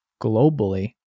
globally